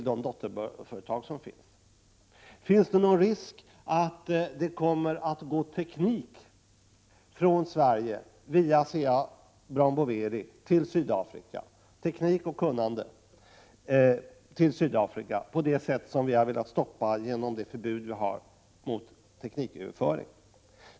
Finns det någon risk att det kommer att gå teknik och kunnande via ASEA-Brown Boveri till Sydafrika, något som vi velat stoppa genom vårt förbud mot tekniköverföring?